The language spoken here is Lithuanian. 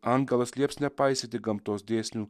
angelas lieps nepaisyti gamtos dėsnių